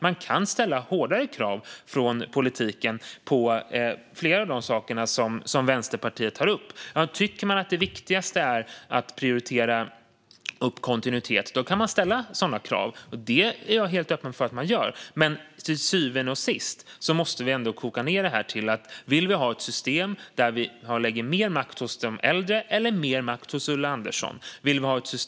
Man kan ställa hårdare krav från politiken på flera av de saker som Vänsterpartiet tar upp. Tycker man att det viktigaste är att prioritera upp kontinuiteten kan man ställa sådana krav, och det är jag helt öppen för att man gör. Men till syvende och sist måste vi ändå koka ned detta. Vill vi ha ett system där vi lägger mer makt hos de äldre eller ett system där vi lägger mer makt hos Ulla Andersson?